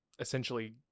Essentially